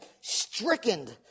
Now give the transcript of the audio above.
stricken